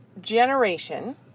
generation